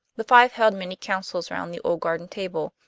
the five held many counsels round the old garden table,